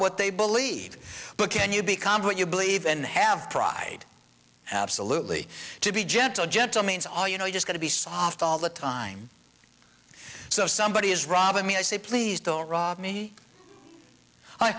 what they believe but can you become what you believe and have pride absolutely to be gentle gentle means are you know you just got to be soft all the time so if somebody is robbing me i say please don't rob me